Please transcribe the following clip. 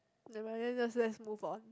nevermind let's just let's move on